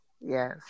Yes